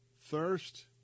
thirst